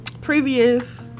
previous